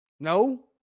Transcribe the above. No